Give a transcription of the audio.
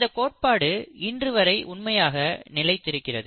இந்த கோட்பாடு இன்று வரை உண்மையாக நிலைத்திருக்கிறது